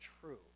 true